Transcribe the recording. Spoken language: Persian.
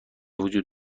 وجود